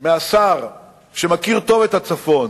מהשר שמכיר טוב את הצפון